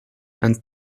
and